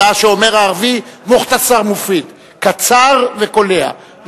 כמו שאומר הערבי: "מוכתסר מופיד" קצר וקולע.